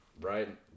Right